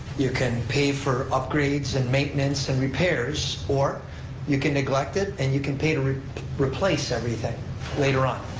you can pay for upgrades and maintenance and repairs, or you can neglect it and you can pay to replace everything later on.